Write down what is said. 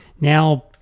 Now